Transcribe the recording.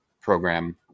program